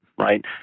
Right